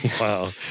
Wow